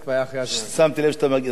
כשסגן היושב-ראש מגיע, אני מסיים.